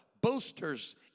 boasters